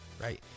right